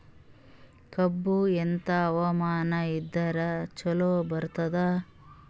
ಕಬ್ಬು ಎಂಥಾ ಹವಾಮಾನ ಇದರ ಚಲೋ ಬರತ್ತಾದ?